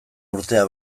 urtea